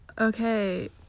Okay